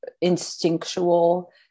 instinctual